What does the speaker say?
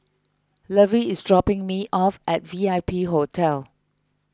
Lovie is dropping me off at V I P Hotel